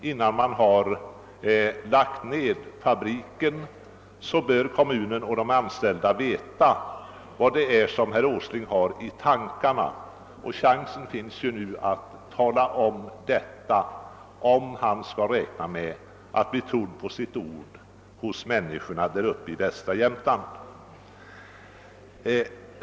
Innan fabriken nedlagts bör kommunen och de anställda veta vad herr Åsling har i tankarna. Om herr Åsling räknar med att hos människorna uppe i västra Jämtland bli trodd på sitt ord, finns det en chans om han nu talar om detta.